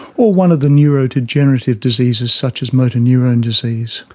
or one of the neurodegenerative diseases such as motor neurone disease.